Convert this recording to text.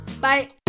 Bye